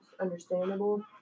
understandable